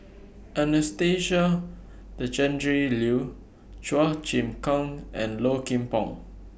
Anastasia Tjendri Liew Chua Chim Kang and Low Kim Pong